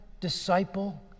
disciple